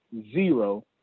zero